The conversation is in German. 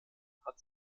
hat